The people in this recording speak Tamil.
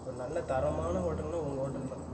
ஒரு நல்ல தரமான ஹோட்டல்னா உங்கள் ஹோட்டல் தான்